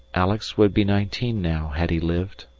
alex would be nineteen now, had he lived.